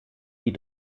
die